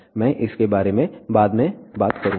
मैं इस बारे में बाद में बात करूंगा